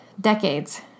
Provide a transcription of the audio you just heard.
decades